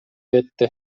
өттү